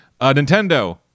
Nintendo